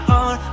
on